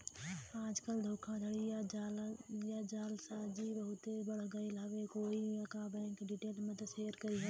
आजकल धोखाधड़ी या जालसाजी बहुते बढ़ गयल हउवे कोई क बैंक डिटेल मत शेयर करिहा